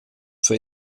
für